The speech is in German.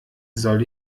soll